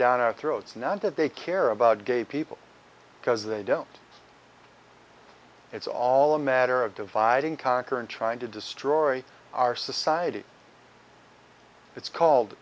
down our throats not that they care about gay people because they don't it's all a matter of divide and conquer and trying to destroy our society it's called